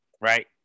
right